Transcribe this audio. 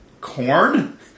corn